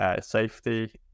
safety